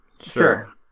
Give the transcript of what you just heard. Sure